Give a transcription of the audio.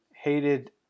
hated